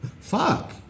fuck